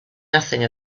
nothing